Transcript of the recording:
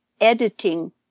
editing